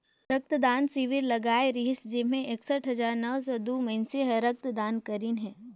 रक्त दान सिविर लगाए रिहिस जेम्हें एकसठ हजार नौ सौ दू मइनसे मन हर रक्त दान करीन हे